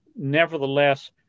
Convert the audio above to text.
Nevertheless